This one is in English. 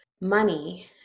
money